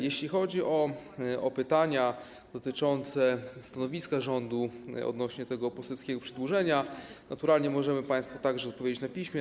Jeśli chodzi o pytania dotyczące stanowiska rządu odnośnie do tego poselskiego przedłożenia, naturalnie możemy państwu także odpowiedzieć na piśmie.